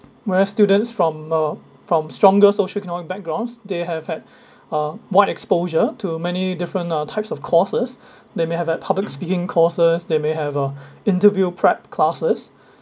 whereas students from uh from stronger socioeconomic backgrounds they have had uh wide exposure to many different ah types of courses they may have at public speaking courses they may have a interview prep classes